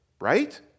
Right